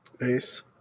Nice